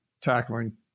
tackling